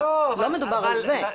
לא מדובר על זה.